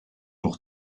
nog